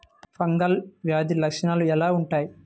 Fungal వ్యాధి లక్షనాలు ఎలా వుంటాయి?